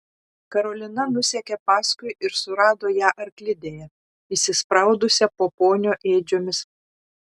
karolina nusekė paskui ir surado ją arklidėje įsispraudusią po ponio ėdžiomis